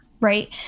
Right